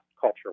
culture